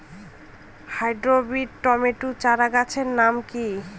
Hybrid tomato চারাগাছের নাম কি?